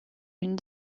une